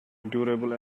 durable